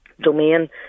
domain